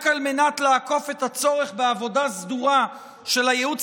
רק על מנת לעקוף את הצורך בעבודה סדורה של הייעוץ